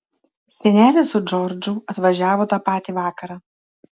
senelė su džordžu atvažiavo tą patį vakarą